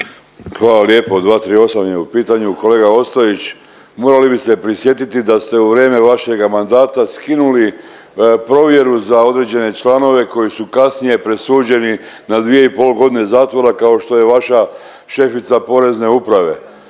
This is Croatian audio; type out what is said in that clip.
Hvala lijepo, 238 je u pitanju. Kolega Ostojić morali bi se prisjetiti da ste u vrijeme vašega mandata skinuli provjeru za određene članove koji su kasnije presuđeni na 2,5 godine zatvora kao što je vaša šefica Porezne uprave,